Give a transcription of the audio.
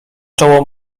czoło